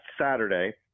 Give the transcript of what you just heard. Saturday